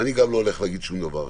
גם אני לא הולך להגיד שום דבר עכשיו,